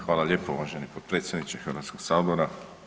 Hvala lijepo uvaženi potpredsjedniče Hrvatskog sabora.